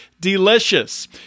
delicious